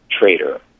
trader